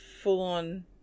full-on